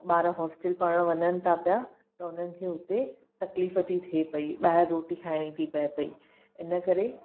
ॿार होस्टल पढ़ण वञनि था पिया त हुनखे हुते तकलीफ़ थी थिए पेई ॿाहिरि रोटी खाइणी थी पिए पेई हिन करे